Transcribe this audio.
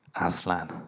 Aslan